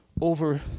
over